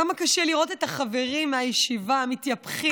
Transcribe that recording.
כמה קשה לראות את החברים מהישיבה מתייפחים